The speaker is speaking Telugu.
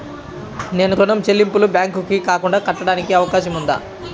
నేను ఋణం చెల్లింపులు బ్యాంకుకి రాకుండా కట్టడానికి అవకాశం ఉందా?